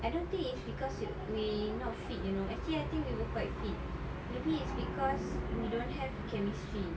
I don't think it's because we not fit you know actually I think we were quite fit maybe it's because we don't have chemistry